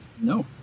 No